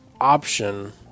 option